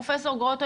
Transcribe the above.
פרופ' גרוטו,